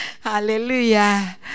Hallelujah